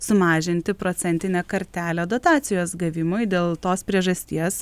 sumažinti procentinę kartelę dotacijos gavimui dėl tos priežasties